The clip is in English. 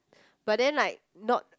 but then like not